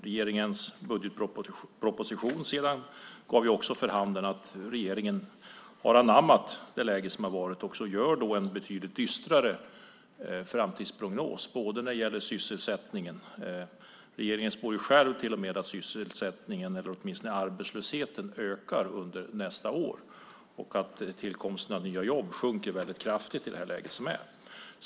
Regeringens budgetproposition gav sedan också vid handen att regeringen har anammat läget och gör en betydligt dystrare framtidsprognos när det gäller sysselsättningen. Regeringen spår ju till och med själv att arbetslösheten ökar under nästa år och att tillkomsten av nya jobb sjunker väldigt kraftigt i det här läget.